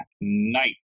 night